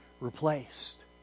replaced